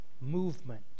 movement